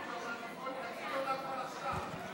תגיד תודה כבר עכשיו.